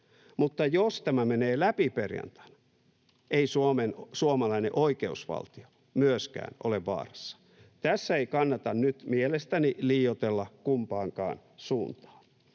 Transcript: mutta jos tämä menee läpi perjantaina, ei suomalainen oikeusvaltio myöskään ole vaarassa. Tässä ei kannata nyt mielestäni liioitella kumpaankaan suuntaan.